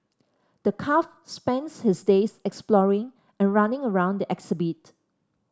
the calf spends his days exploring and running around the exhibit